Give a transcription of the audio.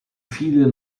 viele